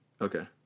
Okay